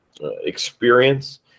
experience